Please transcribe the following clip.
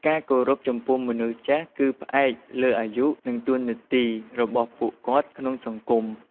ការគោរពចំពោះមនុស្សចាស់គឺផ្អែកលើអាយុ និងតួនាទីរបស់ពួកគាត់ក្នុងសង្គម។